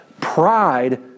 pride